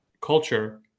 culture